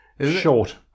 Short